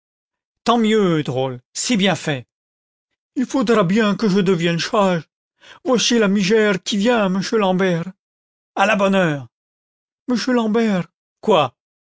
tant mieux drôle c'est bien fait il faudra bien que je devienne chage yoi cln la migère qui vient mouchu l'ambert à la bonne heure mouchu l'ambert quoi